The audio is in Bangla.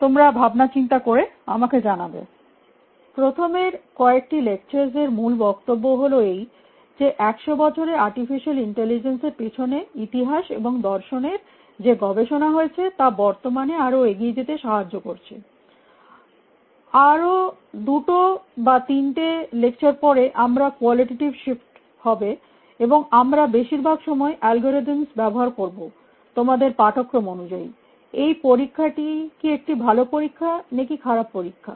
তোমরা ভাবনাচিন্তা করে আমাকে জানাবে প্রথমের কয়েকটি লেকচারস্ এর মূল বক্তব্য হল এই যে 100 বছরে আর্টিফিসিয়াল ইন্টেলিজেন্স এর পিছনে ইতিহাস এবং দর্শনের যে গবেষণা হয়েছে তা বর্তমানে আরো এগিয়ে যেতে সাহায্য করছে আর 2 or 3 লেকচারস্ পরে আমাদের কোয়ালিটেটিভ শিফ্ট হবে এবং আমরা বেশিরভাগ সময় অ্যালগোরিদম ব্যবহার করব তোমাদের পাঠ্যক্রম অনুযায়ীএই পরীক্ষাটি কি একটি ভাল পরীক্ষা নাকি খারাপ পরীক্ষা